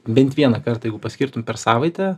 bent vieną kartą jeigu paskirtum per savaitę